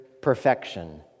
perfection